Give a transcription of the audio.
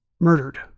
murdered